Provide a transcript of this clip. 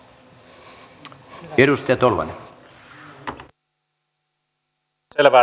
arvoisa puhemies